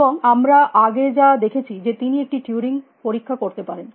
এবং আমরা আগে যা দেখেছি যে তিনি একটি টুরিং পরীক্ষাকরতে পারেন